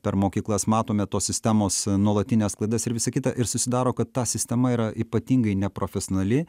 per mokyklas matome tos sistemos nuolatines klaidas ir visa kita ir susidaro kad ta sistema yra ypatingai neprofesionali